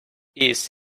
east